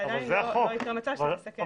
עדיין לא יקרה מצב שתסכן אחרים.